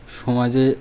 সমাজে